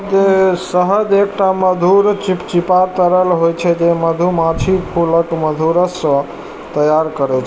शहद एकटा मधुर, चिपचिपा तरल होइ छै, जे मधुमाछी फूलक मधुरस सं तैयार करै छै